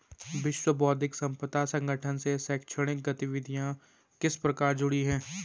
विश्व बौद्धिक संपदा संगठन से शैक्षणिक गतिविधियां किस प्रकार जुड़ी हैं?